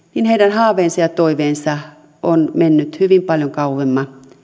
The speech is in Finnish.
haaveet ja toiveet ovat menneet hyvin paljon kauemmas